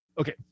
Okay